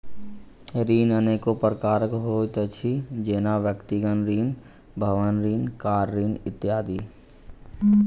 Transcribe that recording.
ऋण अनेको प्रकारक होइत अछि, जेना व्यक्तिगत ऋण, भवन ऋण, कार ऋण इत्यादि